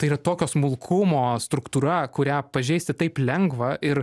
tai yra tokio smulkumo struktūra kurią pažeisti taip lengva ir